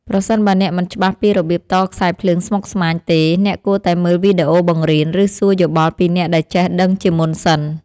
ប្រសិនបើអ្នកមិនច្បាស់ពីរបៀបតខ្សែភ្លើងស្មុគស្មាញទេ អ្នកគួរតែមើលវីដេអូបង្រៀន ឬសួរយោបល់ពីអ្នកដែលចេះដឹងជាមុនសិន។